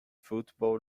football